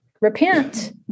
Repent